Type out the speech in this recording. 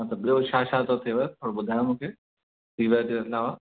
मतिलबु ॿियो छा छा थो थियेव थोरो ॿुधायो मूंखे फीवर जे अलावा